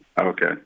Okay